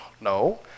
No